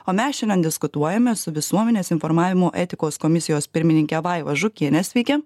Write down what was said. o mes šiandien diskutuojame su visuomenės informavimo etikos komisijos pirmininke vaiva žukiene sveiki